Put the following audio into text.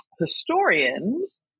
historians